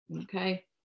okay